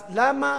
אז למה